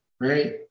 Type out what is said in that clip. right